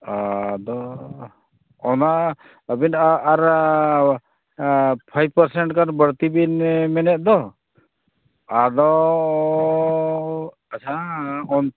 ᱟᱫᱚᱻ ᱚᱱᱟ ᱟᱵᱤᱱᱟᱜ ᱟᱨ ᱯᱷᱟᱭᱤᱩᱵᱷ ᱯᱟᱨᱥᱮᱱᱴ ᱜᱟᱱ ᱵᱟᱹᱲᱛᱤᱵᱤᱱ ᱢᱮᱱᱮᱫ ᱫᱚ ᱟᱫᱚᱻ ᱟᱪᱪᱷᱟ